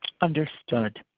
Understood